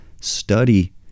Study